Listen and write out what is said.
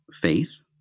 faith